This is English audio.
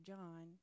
John